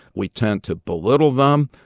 we tend to belittle them.